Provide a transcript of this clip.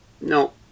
No